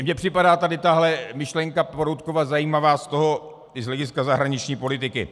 Mně připadá tady tahle myšlenka Peroutkova zajímavá i z hlediska zahraniční politiky.